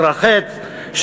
התרחץ,